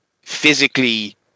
physically